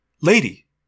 lady